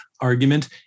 argument